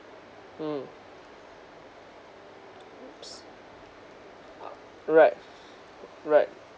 mm right right